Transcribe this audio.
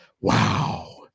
Wow